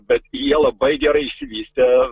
bet jie labai gerai išvystę